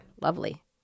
Lovely